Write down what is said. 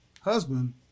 husband